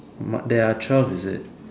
there are twelve is it